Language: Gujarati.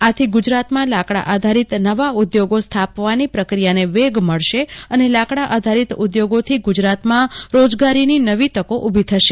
આથી ગુજરાતમાં લાકડા આધારિત નવા ઉદ્યોગો સ્થાપવાની પ્રક્રિયાને વેગ મળશે અને લાકડા આધારિત ઉદ્યોગોથી ગુજરાતમાં રોજગારીની નવી તક ઉભી થશે